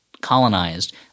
colonized